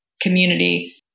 community